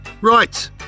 Right